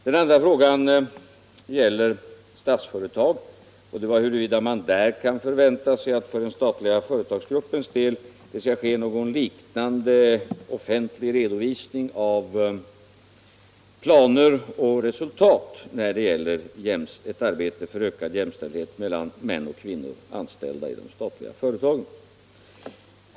Den andra frågan gäller statliga företag — huruvida man kan förvänta sig att det skall lämnas någon liknande offentlig redovisning av planer och resultat när det gäller ett arbete för ökad jämställdhet mellan män och kvinnor anställda i de statliga företagen.